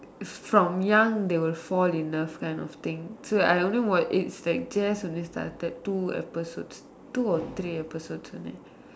from young they were fall in love kind of thing so I only watch it's like just only started two episodes two or three episodes only